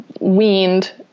weaned